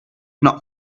not